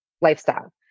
lifestyle